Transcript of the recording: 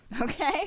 Okay